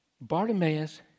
Bartimaeus